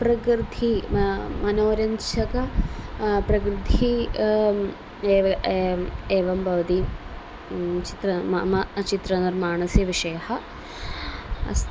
प्रकृतिः मनोरञ्जकं प्रकृतिः एव एवं एवं भवति चित्रं मम चित्रनिर्माणस्य विषयः अस्ति